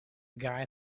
guy